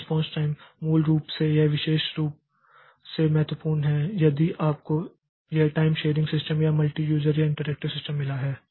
तो response time मूल रूप से यह विशेष रूप से महत्वपूर्ण है यदि आपको यह टाइम शेरिंग सिस्टम या मल्टी यूज़र या इंटरेक्टिव सिस्टम मिला है